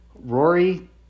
Rory